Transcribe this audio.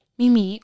mimi